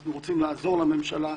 אנחנו רוצים לעזור לממשלה,